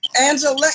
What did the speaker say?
Angela